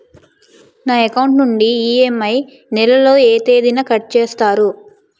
నా అకౌంట్ నుండి ఇ.ఎం.ఐ నెల లో ఏ తేదీన కట్ చేస్తారు?